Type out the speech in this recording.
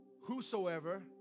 Whosoever